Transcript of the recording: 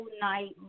night